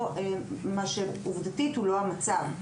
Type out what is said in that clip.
ועובדתית זהו לא המצב.